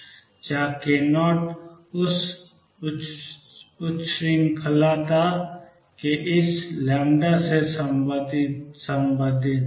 जहाँ k naught इस उच्छृंखलता के इस λ से संबंधित है